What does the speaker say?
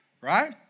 Right